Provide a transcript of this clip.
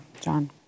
John